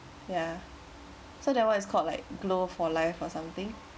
yeah so that one is called like glow for life or something